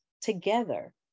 together